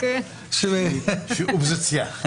של אופוזיציה.